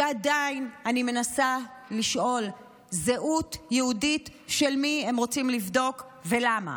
שעדיין אני מנסה לשאול זהות יהודית של מי הם רוצים לבדוק ולמה,